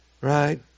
Right